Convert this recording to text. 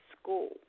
school